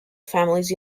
families